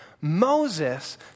Moses